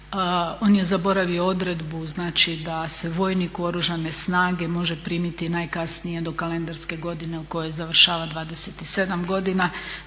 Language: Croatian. On je zaboravio odredbu znači da se vojnik u Oružane snage može primiti najkasnije do kalendarske godine u kojoj završava 27. godina.